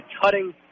cutting